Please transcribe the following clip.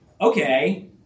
okay